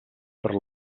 per